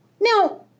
Now